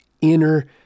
inner